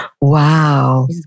Wow